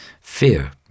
fear